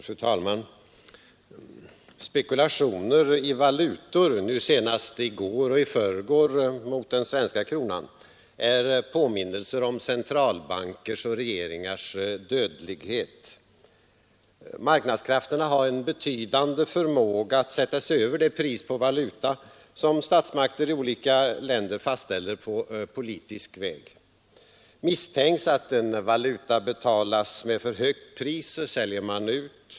Fru talman! Spekulationer i valutor, nu senast i går och i förrgår mot den svenska kronan, är påminnelser om centralbankers och regeringars dödlighet. Marknadskrafterna har en betydande förmåga att sätta sig över det pris på valuta som statsmakter i olika länder fastställer på politisk väg. Misstänks att en valuta betalas med för högt pris, säljer man ut.